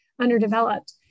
underdeveloped